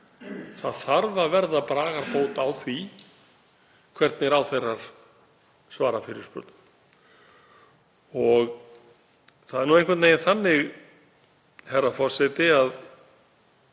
Það þarf að verða bragarbót á því hvernig ráðherrar svara fyrirspurnum. Það er nú einhvern veginn þannig, herra forseti, af